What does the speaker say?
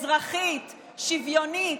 אזרחית, שוויונית,